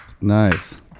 Nice